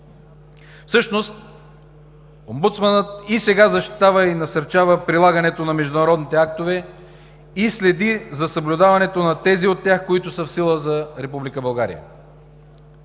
Всъщност омбудсманът и сега защитава и насърчава прилагането на международните актове и следи за съблюдаването на тези от тях, които са в сила за